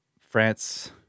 France